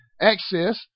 access